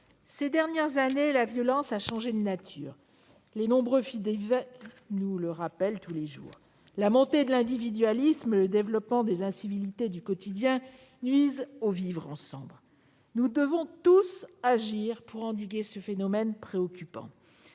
ces dernières années ; les nombreux faits divers nous le rappellent tous les jours. La montée de l'individualisme et le développement des incivilités du quotidien nuisent au vivre ensemble. Nous devons tous agir pour endiguer ce phénomène préoccupant